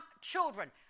Children